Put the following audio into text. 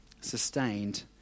sustained